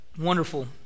Wonderful